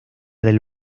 del